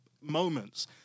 moments